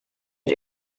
had